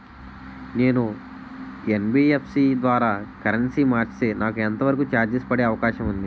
నేను యన్.బి.ఎఫ్.సి ద్వారా కరెన్సీ మార్చితే నాకు ఎంత వరకు చార్జెస్ పడే అవకాశం ఉంది?